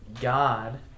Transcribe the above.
God